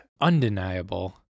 undeniable